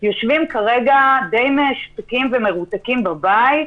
יושבים כרגע שפופים ומרותקים לבית.